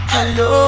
Hello